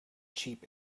cheap